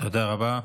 תודה רבה.